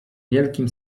wielkim